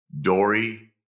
Dory